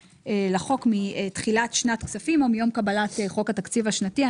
לחוק מתחילת שנת כספים או מיום קבלת חוק התקציב השנתי.